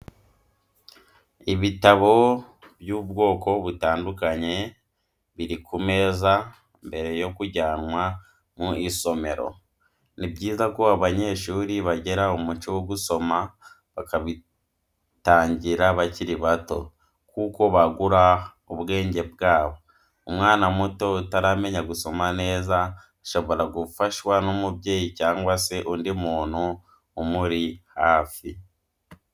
Ibitabo by'ubwoko butandukanye biri ku meza mbere yo kujyanwa mu isomero, ni byiza ko abanyeshuri bagira umuco wo gusoma bakabitangira bakiri bato, kuko byagura ubwenge bwabo, umwana muto utaramenya gusoma neza ashobora gufashwa n'umubyeyi cyangwa se undi muntu umuri hafi.